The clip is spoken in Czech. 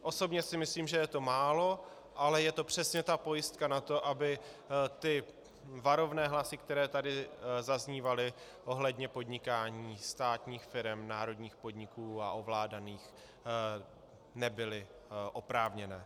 Osobně si myslím, že je to málo, ale je to přesně ta pojistka na to, aby varovné hlasy, které tady zaznívaly ohledně podnikání státních firem, národních podniků a ovládaných, nebyly oprávněné.